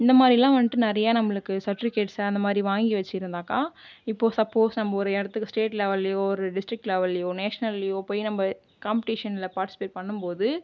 இந்த மாதிரில்லா வந்துட்டு நிறைய நம்மளுக்கு சர்ட்டிஃபிக்கேட்ஸு அந்த மாதிரி வாங்கி வச்சு இருந்தாக்கா இப்போது சப்போஸ் நம்ம ஒரு இடத்துக்கு ஸ்டேட் லெவெல்லயோ ஒரு டிஸ்ட்ரிக்ட் லெவெல்லயோ நேஷனல்லயோ போய் நம்ம காம்ப்பட்டீஷனில் பார்ட்டிசிப்பேட் பண்ணும்போது